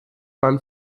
man